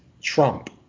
Trump